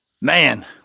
Man